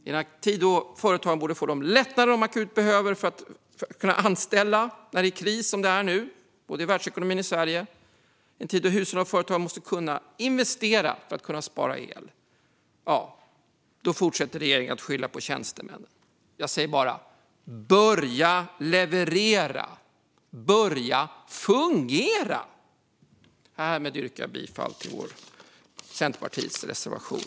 I en tid då företagen borde få de lättnader de akut behöver för att kunna anställa när det är kris i världsekonomin och i Sverige och i en tid då hushåll och företag måste kunna investera för att spara el - ja, då fortsätter regeringen att skylla på tjänstemän. Jag säger bara: Börja leverera! Börja fungera! Jag vill yrka bifall till Centerpartiets reservation.